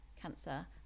cancer